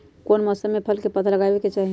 कौन मौसम में फल के पौधा लगाबे के चाहि?